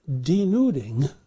denuding